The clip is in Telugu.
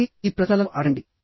కాబట్టి ఈ ప్రశ్నలను అడగండి